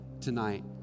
tonight